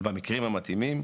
במקרים המתאימים